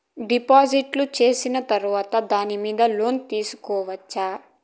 డిపాజిట్లు సేసిన తర్వాత దాని మీద లోను తీసుకోవచ్చా?